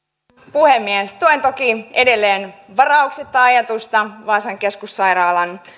puhemies tuen toki edelleen varauksetta ajatusta vaasan keskussairaalan